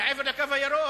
מעבר ל"קו הירוק",